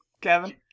Kevin